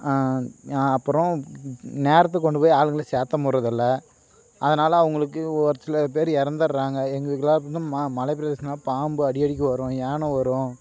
அப்றம் நேரத்துக்கு கொண்டு போய் ஆளுங்களை சேர்த்த முடிறதில்ல அதனால் அவங்களுக்கு ஒரு சில பேரு இறந்துறாங்க எங்கள் மா மலைப்பிரதேசனாலே பாம்பு அடிக்கடிக்கு வரும் யானை வரும்